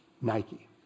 Nike